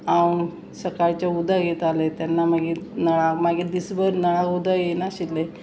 हांव सकाळचें उदक येतालें तेन्ना मागीर नळाक मागीर दिसभर नळाक उदक येयनाशिल्लें